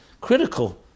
critical